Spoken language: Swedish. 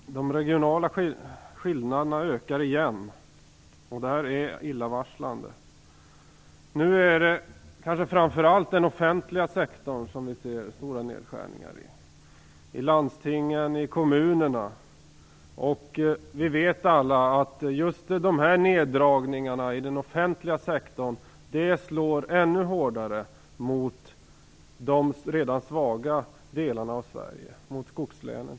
Herr talman! De regionala skillnaderna ökar igen. Detta är illavarslande. Nu är det kanske framför allt i den offentliga sektorn som vi ser stora nedskärningar. Det gäller landstingen och kommunerna. Vi vet alla att just neddragningarna inom den offentliga sektorn slår ännu hårdare mot de redan svaga delarna av Sverige, t.ex. mot skogslänen.